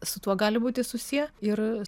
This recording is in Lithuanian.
su tuo gali būti susiję ir